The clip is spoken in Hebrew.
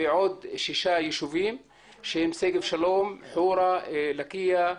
ועוד שישה ישובים שהם שגב שלום, חורה לקיה,